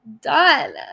done